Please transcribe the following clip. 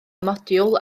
modiwl